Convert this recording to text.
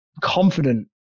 confident